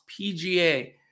PGA